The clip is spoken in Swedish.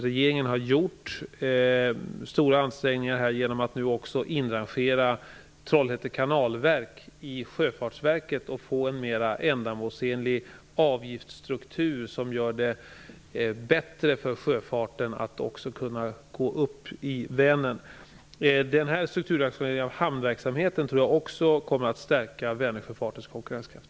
Regeringen har gjort stora ansträngningar genom att nu också inrangera Trollhätte kanalverk i Sjöfartsverket och skapa en mer ändamålsenlig avgiftsstruktur, som gör det lättare för sjöfarten att gå upp i Vänern. Jag tror också att denna strukturrationalisering av hamnverksamheten kommer att stärka Vänersjöfartens konkurrenskraft.